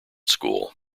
school